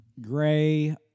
Gray